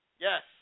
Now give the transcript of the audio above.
Yes